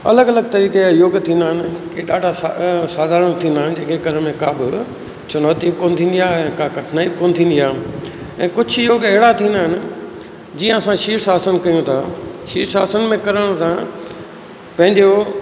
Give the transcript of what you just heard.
अलॻि अलॻि तरीक़े जा योग थींदा आहिनि की ॾाढा साधारण थींदा आहिनि जेके करण में का बि चुनौती कोन थींदी आहे ऐं का कठिनाई बि कोन थींदी आहे ऐं कुझु योग अहिड़ा थींदा आहिनि जीअं असां शीर्ष आसन कयूं था शीर्ष आसन में करण सां पंहिंजो